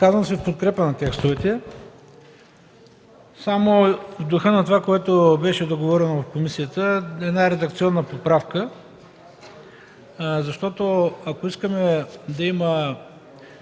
Изказвам се в подкрепа на текстовете. В духа на това, което беше договорено в комисията, имам една редакционна поправка. Защото ако искаме да има